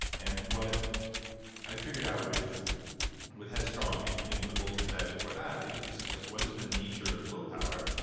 and what i figured out with with headstrong and even the bulletproof diet before that is like what is the nature of willpower,